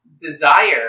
desire